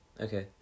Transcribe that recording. Okay